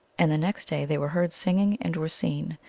and the next day they were heard singing and were seen,